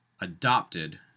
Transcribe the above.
adopted